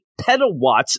petawatts